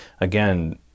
again